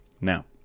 now